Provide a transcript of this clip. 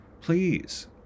Please